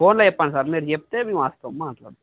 ఫోన్లో చెప్పండి సార్ మీరు చెప్తే మేము వస్తాము మాట్లాడుదాము